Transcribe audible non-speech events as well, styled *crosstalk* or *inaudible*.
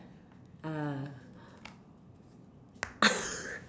ah *laughs*